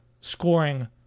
scoring